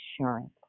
assurance